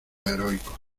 heroicos